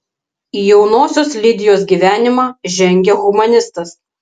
į jaunosios lidijos gyvenimą žengia humanistas